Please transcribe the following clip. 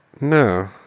No